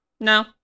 No